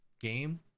game